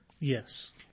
Yes